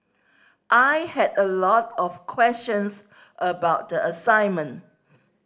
I had a lot of questions about the assignment